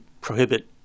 prohibit